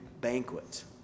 banquet